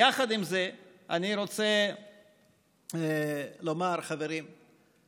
יחד עם זה אני רוצה לומר, חברים: